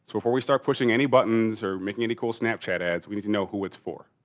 before we start pushing any buttons or making any cool snapchat ads, we need to know who it's for.